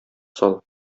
сал